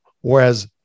Whereas